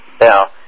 Now